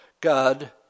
God